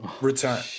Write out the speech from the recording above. return